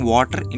Water